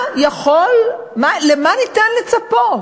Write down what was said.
למה ניתן לצפות?